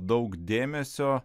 daug dėmesio